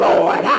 Lord